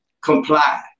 comply